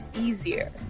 easier